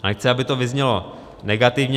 Nechci, aby to vyznělo negativně.